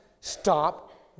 stop